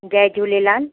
Jay Jhulelal